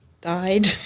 died